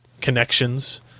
connections